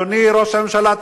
אדוני ראש הממשלה,